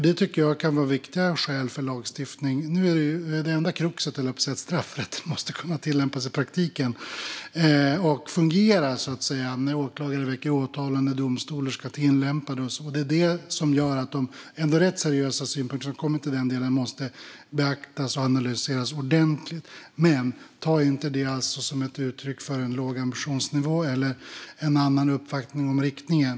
Det tycker jag kan vara viktiga skäl för lagstiftning. Det enda kruxet är att straffrätten måste kunna tillämpas i praktiken och fungera när åklagare väcker åtal eller domstolar ska tillämpa den. Det gör att de rätt seriösa synpunkter som har kommit på den delen ändå måste beaktas och analyseras ordentligt. Men ta inte det som ett uttryck för en låg ambitionsnivå eller en annan uppfattning om riktningen!